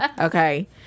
okay